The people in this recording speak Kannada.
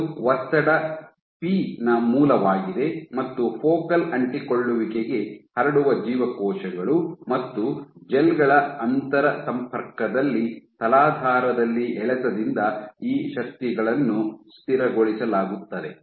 ಇದು ಒತ್ತಡ ಪಿ ನ ಮೂಲವಾಗಿದೆ ಮತ್ತು ಫೋಕಲ್ ಅಂಟಿಕೊಳ್ಳುವಿಕೆಗೆ ಹರಡುವ ಜೀವಕೋಶಗಳು ಮತ್ತು ಜೆಲ್ ಗಳ ಅಂತರಸಂಪರ್ಕದಲ್ಲಿ ತಲಾಧಾರದಲ್ಲಿ ಎಳೆತದಿಂದ ಈ ಶಕ್ತಿಗಳನ್ನು ಸ್ಥಿರಗೊಳಿಸಲಾಗುತ್ತದೆ